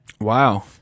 Wow